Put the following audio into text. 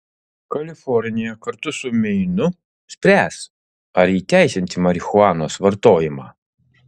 kalifornija kartu su meinu spręs ar įteisinti marihuanos vartojimą